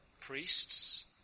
priests